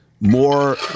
more